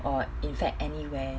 or in fact anywhere